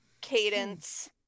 Cadence